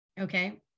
okay